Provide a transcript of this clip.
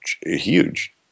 huge